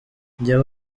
njye